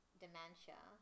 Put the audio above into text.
dementia